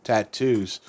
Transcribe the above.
Tattoos